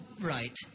right